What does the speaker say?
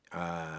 uh